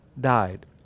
died